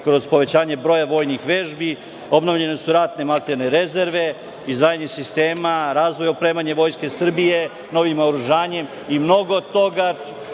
kroz povećanje broja vojnih vežbi; obnovljene su ratne materijalne rezerve, izdvajanje sistema, razvoj, opremanje Vojske Srbije novim naoružanjem i mnogo toga